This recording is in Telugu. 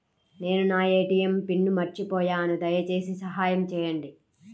నేను నా ఏ.టీ.ఎం పిన్ను మర్చిపోయాను దయచేసి సహాయం చేయండి